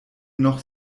noch